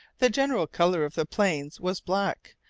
the general colour of the plains was black,